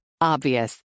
Obvious